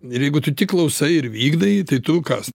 ir jeigu tu tik klausai ir vykdai tai tu kas